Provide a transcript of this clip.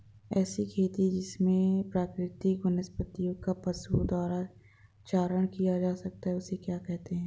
ऐसी खेती जिसमें प्राकृतिक वनस्पति का पशुओं द्वारा चारण किया जाता है उसे क्या कहते हैं?